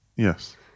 Yes